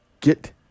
Get